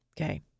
Okay